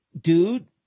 dude